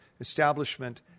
establishment